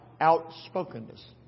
outspokenness